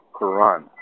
Quran